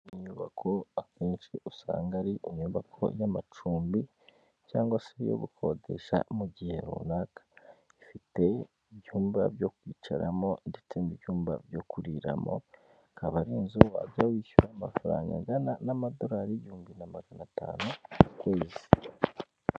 Inyubako akenshi usanga ari inyubako y'amacumbi cyangwa se yo gukodesha mu gihe runaka ifite ibyumba byo kwicaramo ndetse n'ibyumba byo kuriramo akaba ari inzu wajya wishyura amafaranga angana n'amadorari igihumbi na magana atanu mu kwezi.